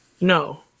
No